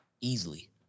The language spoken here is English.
Easily